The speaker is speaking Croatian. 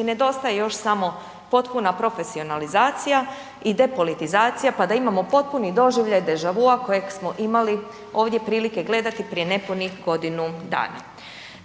Nedostaje još samo potpuna profesionalizacija i depolitizacija, pa da imamo potpuni doživljaj deja-vu-a kojeg smo imali ovdje prilike gleda prije nepunih godinu dana.